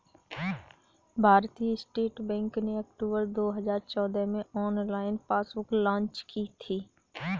भारतीय state bank ने October दो हजार चौदह में ऑनलाइन पासबुक लॉन्च की थी